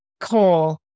coal